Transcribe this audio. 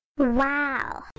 Wow